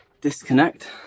disconnect